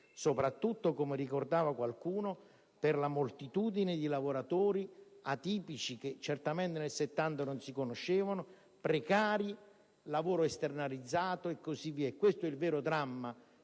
soprattutto, come ricordava qualcuno, per la moltitudine di lavoratori atipici, che certamente nel '70 non si conoscevano (precari, lavoro esternalizzato e così via). Questo è il vero dramma